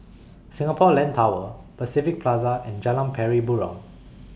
Singapore Land Tower Pacific Plaza and Jalan Pari Burong